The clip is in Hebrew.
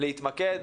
להתמקד,